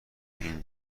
این